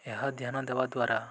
ଏହା ଧ୍ୟାନ ଦେବା ଦ୍ୱାରା